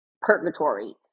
purgatory